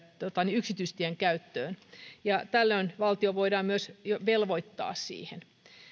yksityistien käyttöön tällöin valtio voidaan myös velvoittaa siihen